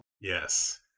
yes